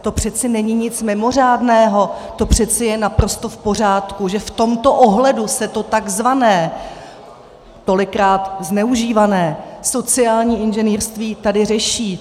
To přece není nic mimořádného, to přece je naprosto v pořádku, že v tomto ohledu se to takzvané, tolikrát zneužívané sociální inženýrství tady řeší.